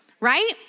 Right